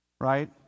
right